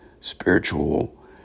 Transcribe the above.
spiritual